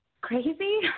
Crazy